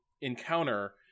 encounter